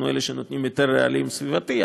אנחנו אלה שנותנים היתר רעלים סביבתי,